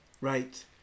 Right